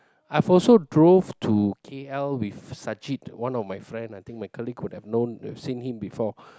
I've also drove to K_L with Sachit one of my friend I think my colleague would have know seen him before